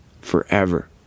forever